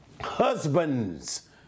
Husbands